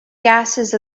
gases